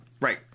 Right